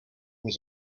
was